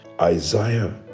Isaiah